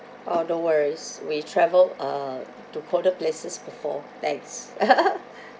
uh no worries we travelled uh to colder places before thanks